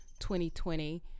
2020